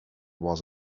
was